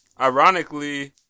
ironically